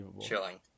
Chilling